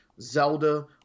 Zelda